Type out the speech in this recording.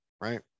right